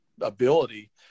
ability